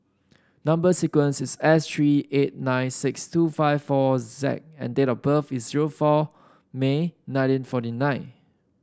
number sequence is S three eight nine six two five four Z and date of birth is zero four May nineteen forty nine